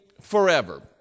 forever